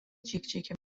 جیکجیک